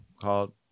called